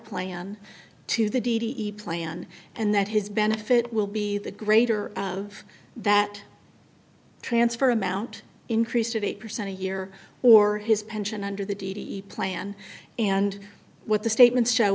plan to the d d e plan and that his benefit will be the greater of that transfer amount increased at eight percent a year or his pension under the d d e plan and what the statements show